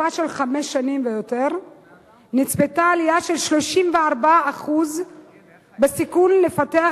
בתקופה של חמש שנים ויותר נצפתה עלייה של 34% בסיכוי לפתח